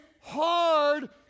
hard